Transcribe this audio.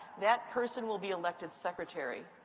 that person will be elected secretary.